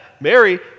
Mary